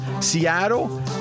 Seattle